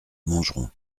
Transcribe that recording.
montgeron